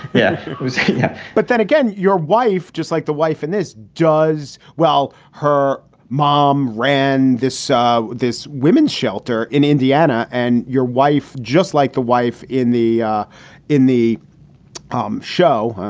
yeah yeah but then again, your wife, just like the wife and this does well, her mom ran this so this women's shelter in indiana. and your wife, just like the wife in the ah in the um show,